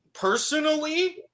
personally